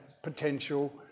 potential